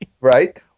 Right